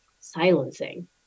silencing